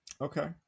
Okay